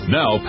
Now